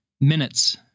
minutes